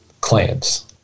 claims